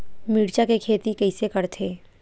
मिरचा के खेती कइसे करथे?